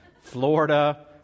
Florida